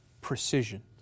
precision